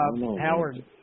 Howard